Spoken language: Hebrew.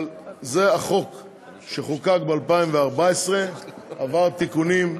אבל זה החוק שחוקק ב-2014 ועבר תיקונים.